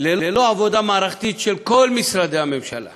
של כל משרדי הממשלה